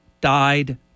died